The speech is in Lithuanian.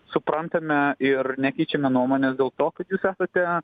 suprantame ir nekeičiame nuomonės dėl to kad jūs esate